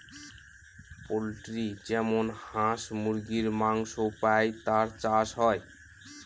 poultry যেমন হাঁস মুরগীর মাংস পাই তার চাষ হয়